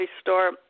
store